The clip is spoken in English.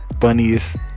funniest